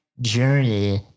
journey